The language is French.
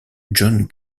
john